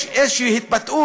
יש איזושהי התבטאות